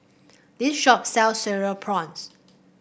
this shop sell Cereal Prawns